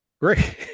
Great